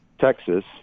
Texas